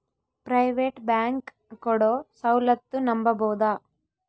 Private bank ಕೊಡೊ ಸೌಲತ್ತು ನಂಬಬೋದ?